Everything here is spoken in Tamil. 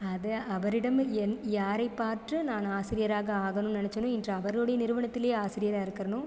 அதை அவரிடம் யாரை பாற்று நான் ஆசிரியராக ஆகணும்னு நினைச்சேனோ இன்று அவரோடய நிறுவனத்திலேயே ஆசிரியராக இருக்கிறனோ